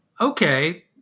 Okay